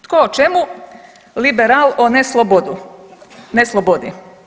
Tko o čemu, liberal o neslobodi.